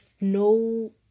no